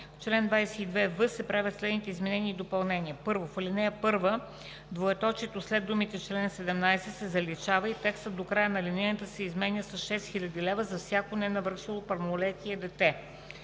чл. 22в се правят следните изменения и допълнения: 1. В ал. 1 двоеточието след думите „чл. 17“ се заличава и текстът до края на алинеята се изменя с „6 000 лв. за всяко ненавършило пълнолетие дете“.